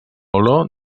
olor